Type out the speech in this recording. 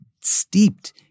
steeped